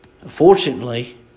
Unfortunately